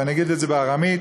ואגיד את זה בארמית: